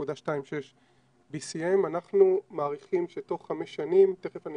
0.26 BCM. אנחנו מעריכים שתוך חמש שנים, תיכף אני